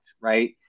Right